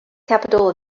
capital